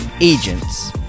agents